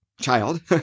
child